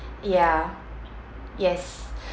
ya yes